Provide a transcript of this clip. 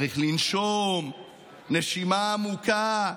צריך לנשום נשימה עמוקה.